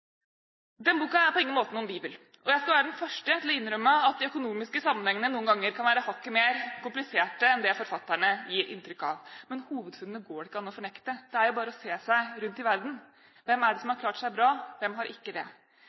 Den boken er på ingen måte noen bibel. Og jeg skal være den første til å innrømme at de økonomiske sammenhengene noen ganger kan være hakket mer kompliserte enn det forfatterne gir inntrykk av. Men hovedfunnene går det ikke an å fornekte. Det er jo bare å se seg rundt i verden. Hvem er det som har klart seg bra? Hvem har ikke det?